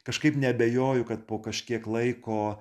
kažkaip neabejoju kad po kažkiek laiko